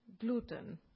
gluten